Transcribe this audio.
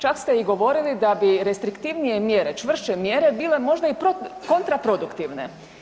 Čak ste i govorili da bi restriktivnije mjere, čvršće mjere bile možda i kontraproduktivne.